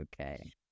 Okay